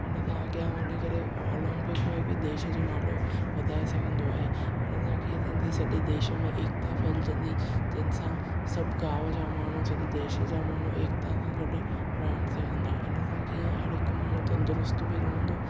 हिन खा अॻियां वञी करे उहो ओलंपिक में बि देश जो नालो वधाइ सघंदो आहे हिन सां कीअं थींदी सॼे देश में एकता फेहिलजंदी जंहिं सां सभु गांव जा माण्हू सॼे देश जा माण्हू एकता सा गॾु रांदि खेॾींदा हिन सां कीअं हर हिकु माण्हू तंदूरुस्त बि रहंदो